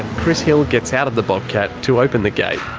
chris hill gets out of the bobcat to open the gate,